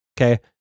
okay